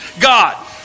God